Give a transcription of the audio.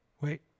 wait